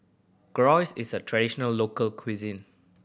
gyros is a traditional local cuisine